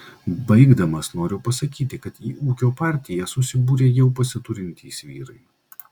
baigdamas noriu pasakyti kad į ūkio partiją susibūrė jau pasiturintys vyrai